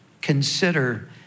consider